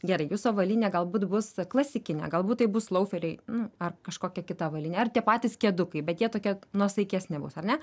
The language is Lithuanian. gerai jūsų avalynė galbūt bus klasikinė galbūt tai bus louferiai nu ar kažkokia kita avalynė ar tie patys kedukai bet jie tokie nuosaikesni bus ar ne